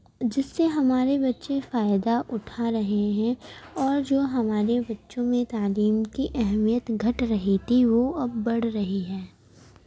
جس سے ہمارے بچے فائدہ اٹھا رہے ہیں اور جو ہمارے بچوں میں تعلیم کی اہمیت گھٹ رہی تھی وہ اب بڑھ رہی ہے